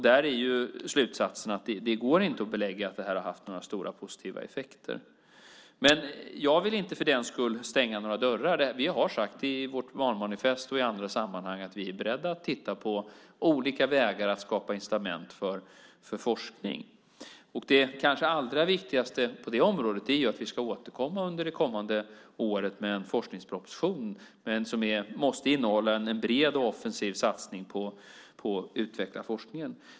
Där är slutsatsen att det inte går att belägga att det här har haft några stora positiva effekter. Jag vill inte för den skull stänga några dörrar. Vi har sagt i vårt valmanifest och i andra sammanhang att vi är beredda att titta på olika vägar att skapa incitament för forskning. Det kanske allra viktigaste på det området är att vi ska återkomma under det kommande året med en forskningsproposition som måste innehålla en bred och offensiv satsning på att utveckla forskningen.